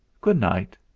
Good-night